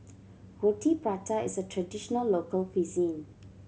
Roti Prata is a traditional local cuisine